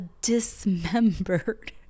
dismembered